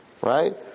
right